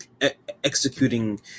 executing